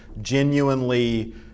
genuinely